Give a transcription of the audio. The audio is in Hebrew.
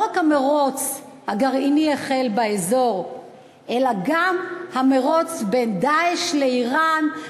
לא רק המירוץ הגרעיני החל באזור אלא גם המירוץ בין "דאעש" לאיראן,